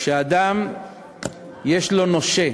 כשאדם יש לו נושה,